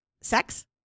sex